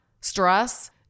stress